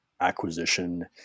acquisition